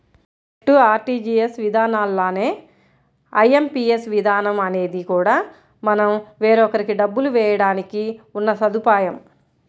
NEFT, RTGS విధానాల్లానే IMPS విధానం అనేది కూడా మనం వేరొకరికి డబ్బులు వేయడానికి ఉన్న సదుపాయం